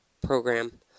program